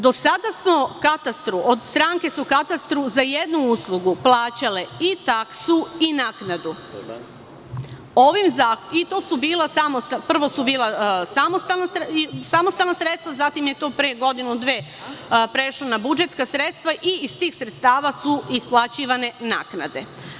Do sada smo katastru, stranke su katastru za jednu uslugu plaćale i taksu i naknadu i to su prvo bila samostalna sredstva, zatim je to pre godinu, dve prešlo na budžetska sredstva i iz tih sredstava su isplaćivane naknade.